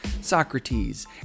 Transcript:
Socrates